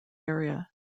area